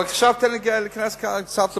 אבל עכשיו תן לי להיכנס קצת לפרטים.